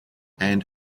and